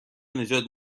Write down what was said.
نجات